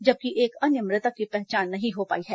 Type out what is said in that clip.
जबकि एक अन्य मृतक की पहचान नहीं हो पाई है